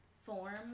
form